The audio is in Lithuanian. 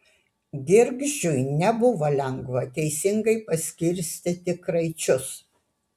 girgždžiui nebuvo lengva teisingai paskirstyti kraičius